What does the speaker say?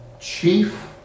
chief